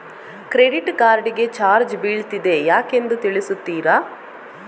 Credit card ಗೆ charge ಬೀಳ್ತಿದೆ ಯಾಕೆಂದು ತಿಳಿಸುತ್ತೀರಾ?